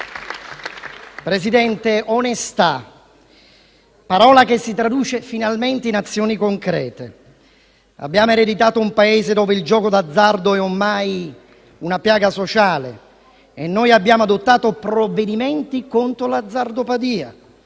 Presidente, onestà: parola che si traduce finalmente in azioni concrete. Abbiamo ereditato un Paese dove il gioco d'azzardo è ormai una piaga sociale e noi abbiamo adottato provvedimenti contro l'azzardopatia,